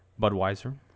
Budweiser